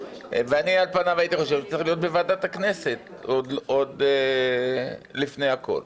ואני על פניו הייתי חושב שזה צריך להיות בוועדת הכנסת עוד לפני הכול.